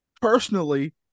personally